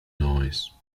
noise